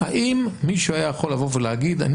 האם מישהו יכול היה לבוא ולהגיד אני